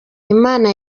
imana